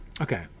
Okay